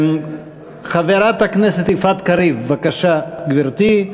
חברת הכנסת יפעת קריב, בבקשה, גברתי.